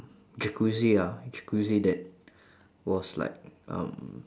jacuzzi ah jacuzzi that was like um